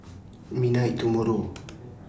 midnight tomorrow